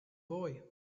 boy